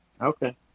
Okay